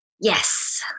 Yes